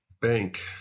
bank